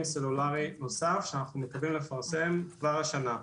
סלולרי נוסף שאנחנו מקווים לפרסם כבר השנה.